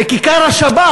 ב"כיכר השבת"